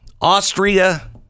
Austria